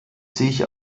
sich